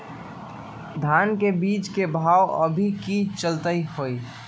धान के बीज के भाव अभी की चलतई हई?